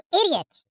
idiot